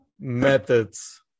methods